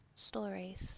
stories